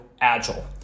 Agile